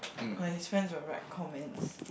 orh his friends will write comments